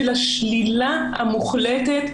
של השלילה המוחלטת,